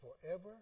forever